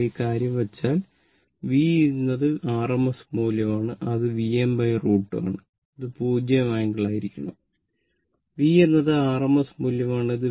നിങ്ങൾ ഈ കാര്യം വെച്ചാൽ V എന്നത് RMS മൂല്യമാണ് അത് Vm√ 2 ആണ് അത് 0 ആംഗിൾ ആയിരിക്കണം V എന്നത് RMS മൂല്യമാണ്